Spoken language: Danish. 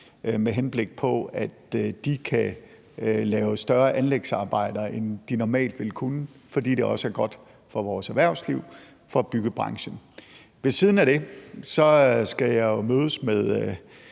med henblik på at de kan lave større anlægsarbejder, end de normalt ville kunne, fordi det også er godt for vores erhvervsliv og for byggebranchen. Ved siden af det skal jeg jo mødes med